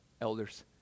elders